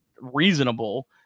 reasonable